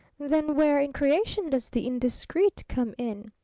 then where in creation does the indiscreet come in?